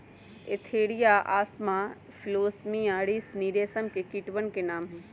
Antheraea assama philosamia ricini रेशम के कीटवन के नाम हई